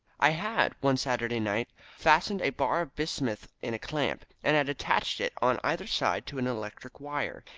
i had one saturday night fastened a bar of bismuth in a clamp, and had attached it on either side to an electric wire,